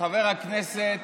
חבר הכנסת,